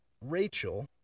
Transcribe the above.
Rachel